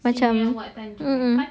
macam mm mm